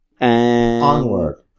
Onward